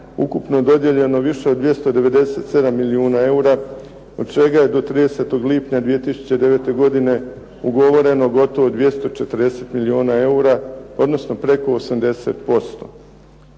ukupno dodijeljeno više od 297 milijuna eura, od čega je do 30. lipnja 2009. godine ugovoreno gotovo 240 milijuna eura, odnosno preko 80%.